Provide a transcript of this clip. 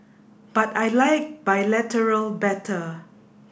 but I like bilateral better